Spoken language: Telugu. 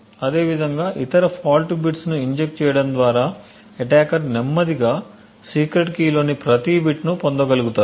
అదేవిధంగా ఇతర ఫాల్ట్ బిట్స్ను ఇంజెక్ట్ చేయడం ద్వారా అటాకర్ నెమ్మదిగా సీక్రెట్ కీ లోని ప్రతి బిట్ను పొందగలుగుతారు